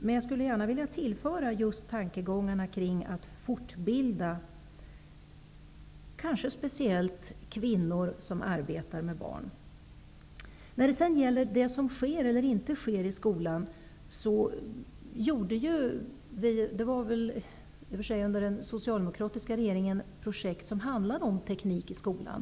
Men jag skulle gärna vilja tillföra just tankegångarna kring att fortbilda, kanske speciellt kvinnor som arbetar med barn. När det sedan gäller det som sker eller inte sker i skolan har det ju funnits -- det var väl i och för sig under den socialdemokratiska regeringens tid -- projekt som handlat om teknik i skolan.